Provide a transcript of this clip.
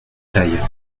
taille